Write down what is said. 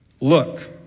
Look